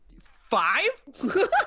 Five